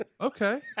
okay